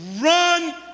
run